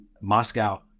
Moscow